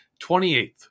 28th